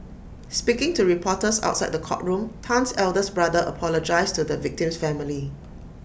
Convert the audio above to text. speaking to reporters outside the courtroom Tan's eldest brother apologised to the victim's family